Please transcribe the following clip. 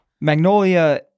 Magnolia